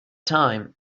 time